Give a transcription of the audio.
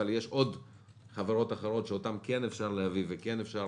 אבל יש עוד חברות אחרות שאותן כן אפשר להביא וכן אפשר